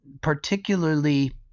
particularly